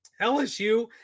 LSU